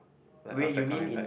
like after coming back